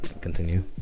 Continue